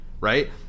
Right